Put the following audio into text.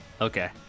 Okay